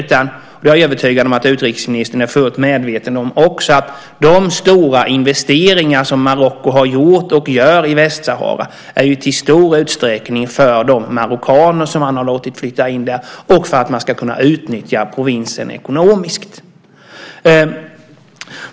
Jag är övertygad om att utrikesministern också är fullt medveten om att de stora investeringar som Marocko har gjort och gör i Västsahara i stor utsträckning är till för de marockaner som man har låtit flytta dit och för att man ska kunna utnyttja provinsen ekonomiskt.